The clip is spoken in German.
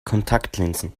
kontaktlinsen